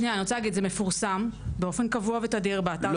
זה מפורסם באופן קבוע ותדיר באתר של המשרד.